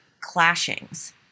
clashings